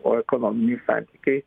o ekonominiai santykiai